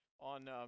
on